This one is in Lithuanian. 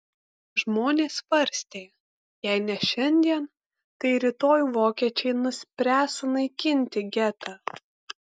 žmonės svarstė jei ne šiandien tai rytoj vokiečiai nuspręs sunaikinti getą